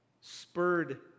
spurred